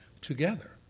together